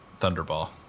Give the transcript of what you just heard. Thunderball